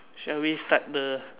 shall we start the